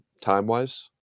time-wise